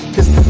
Cause